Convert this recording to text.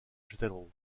châtellerault